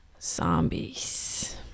Zombies